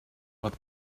but